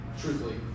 Truthfully